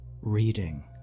reading